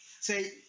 Say